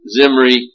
Zimri